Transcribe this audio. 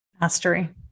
Mastery